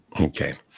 Okay